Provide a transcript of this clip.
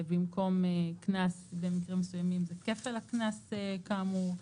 ובמקום קנס במקרים מסוימים זה כפל הקנס כאמור.